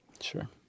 Sure